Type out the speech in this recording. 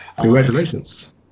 Congratulations